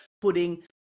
putting